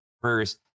first